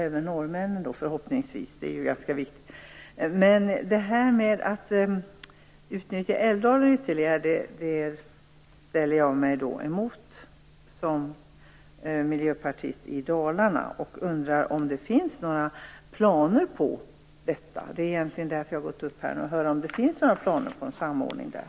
Jag som miljöpartist från Dalarna är emot att man ytterligare skall utnyttja Älvdalen. Jag undrar om det finns några planer - det är därför som jag har gått upp i debatten - på en samordning där.